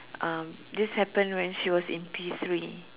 um this happen when she was in P three